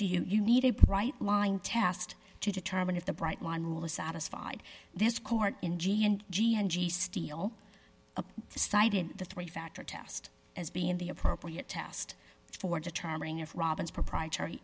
to you you need a bright line test to determine if the bright line rule is satisfied this court in g and g and g steal a side in the three factor test as being the appropriate test for determining if robin's proprietary